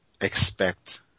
expect